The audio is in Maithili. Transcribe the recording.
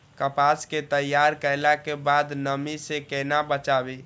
कपास के तैयार कैला कै बाद नमी से केना बचाबी?